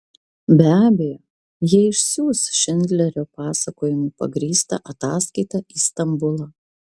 be abejo jie išsiųs šindlerio pasakojimu pagrįstą ataskaitą į stambulą